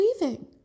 weaving